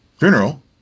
funeral